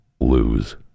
lose